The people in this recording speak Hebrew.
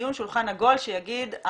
דיון שיגיד,